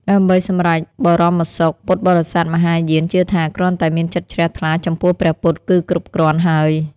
ដើម្បីសម្រេចបរមសុខ ពុទ្ធបរិស័ទមហាយានជឿថាគ្រាន់តែមានចិត្តជ្រះថ្លាចំពោះព្រះពុទ្ធគឺគ្រប់គ្រាន់ហើយ។